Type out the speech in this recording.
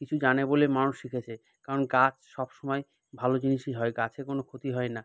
কিছু জানে বলে মানুষ শিখেছে কারণ গাছ সবসময় ভালো জিনিসই হয় গাছে কোনো ক্ষতি হয় না